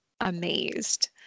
amazed